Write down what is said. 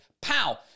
pow